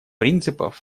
принципов